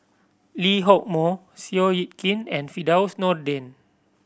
Lee Hock Moh Seow Yit Kin and Firdaus Nordin